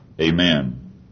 Amen